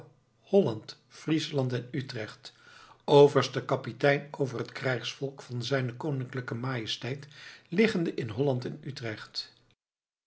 holland friesland en utrecht overste kapitein over het krijgsvolk van zijne koninklijke majesteit liggende in holland en utrecht